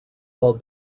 while